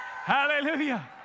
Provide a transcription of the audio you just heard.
Hallelujah